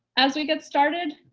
as we get started,